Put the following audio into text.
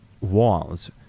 walls